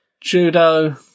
Judo